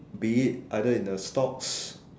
be it either in the stocks